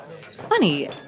Funny